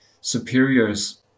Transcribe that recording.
superiors